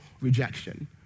rejection